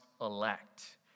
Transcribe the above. elect